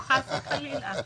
ביקורת.